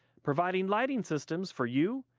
providing lighting systems for you,